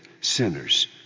sinners